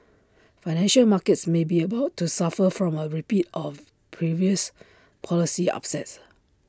financial markets may be about to suffer from A repeat of previous policy upsets